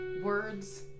words